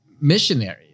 missionary